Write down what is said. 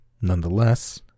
Nonetheless